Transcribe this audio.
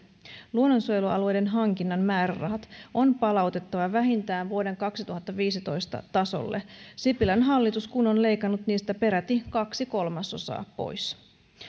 luonnonsuojelualueiden hankinnan määrärahat on palautettava vähintään vuoden kaksituhattaviisitoista tasolle sipilän hallitus kun on leikannut niistä peräti kaksi kolmasosaa pois